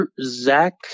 Zach